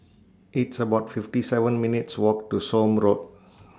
It's about fifty seven minutes' Walk to Somme Road